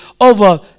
over